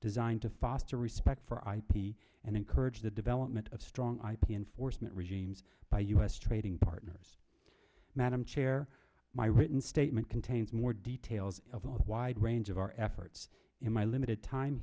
designed to a respect for ip and encourage the development of strong ip enforcement regimes by us trading partners madam chair my written statement contains more details of the wide range of our efforts in my limited time